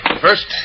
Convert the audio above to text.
First